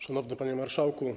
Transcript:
Szanowny Panie Marszałku!